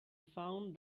found